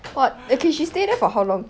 what okay she stayed there for how long